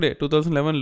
2011